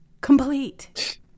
Complete